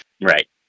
Right